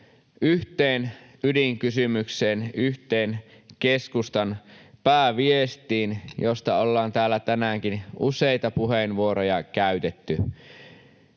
yhteen ydinkysymykseen, yhteen keskustan pääviestiin, josta ollaan täällä tänäänkin useita puheenvuoroja käytetty: